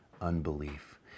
unbelief